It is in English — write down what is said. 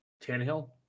Tannehill